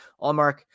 Allmark